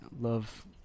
love